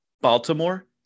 Baltimore